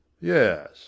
Yes